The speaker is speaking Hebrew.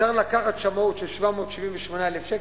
צריך לקחת שמאות של 778,000 שקל.